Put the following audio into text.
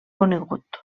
conegut